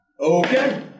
Okay